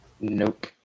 Nope